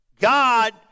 God